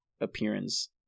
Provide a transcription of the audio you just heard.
appearance